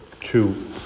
two